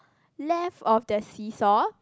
left of the seesaw